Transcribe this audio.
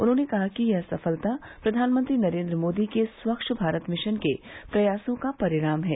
उन्होंने कहा कि यह सफलता प्रधानमंत्री नरेन्द्र मोदी के स्वच्छ भारत मिशन के प्रयासों का परिणाम है